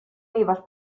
vivas